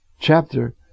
chapter